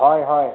হয় হয়